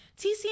TC